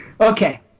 Okay